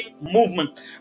movement